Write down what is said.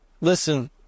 Listen